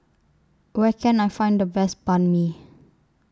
Where Can I Find The Best Banh MI